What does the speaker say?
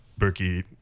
Berkey